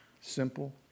Simple